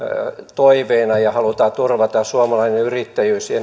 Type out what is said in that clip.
toiveena ja halutaan turvata suomalainen yrittäjyys ja